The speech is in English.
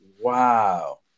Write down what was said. wow